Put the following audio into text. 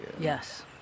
Yes